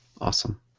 Awesome